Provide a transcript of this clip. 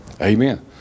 Amen